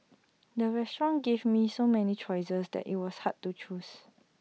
the restaurant gave me so many choices that IT was hard to choose